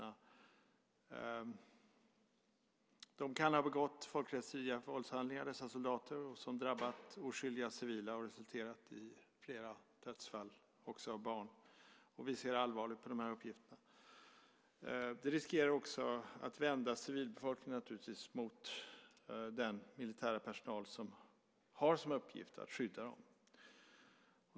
Soldaterna kan ha begått folkrättsvidriga våldshandlingar som drabbat oskyldiga civila och har resulterat i flera dödsfall; också barn har dödats. Vi ser allvarligt på dessa uppgifter. Detta riskerar också att civilbefolkningen vänds mot den militära personal som har som uppgift att skydda dem.